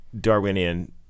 Darwinian